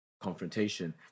confrontation